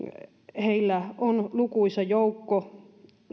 heillä on lukuisa joukko